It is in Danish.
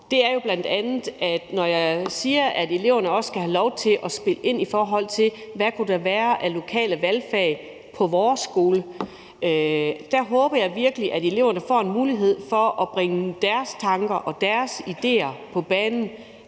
det, jeg drømmer om, er jo bl.a., at eleverne også skal have lov til at spille ind, i forhold til hvad der kunne være af lokale valgfag på deres skole. Der håber jeg virkelig, at eleverne får mulighed for at bringe deres tanker og idéer på bane,